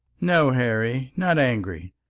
no, harry not angry.